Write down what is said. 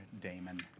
Damon